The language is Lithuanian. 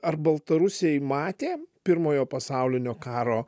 ar baltarusiai matė pirmojo pasaulinio karo